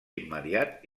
immediat